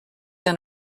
and